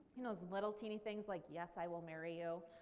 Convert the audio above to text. you know those little teeny things like yes i will marry you,